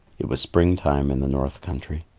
it was spring-time in the north country.